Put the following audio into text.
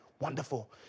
Wonderful